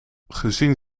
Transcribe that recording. gezien